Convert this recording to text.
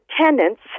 tenants